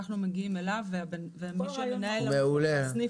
אנחנו מגיעים אליו ומי שמנהל את הסניף,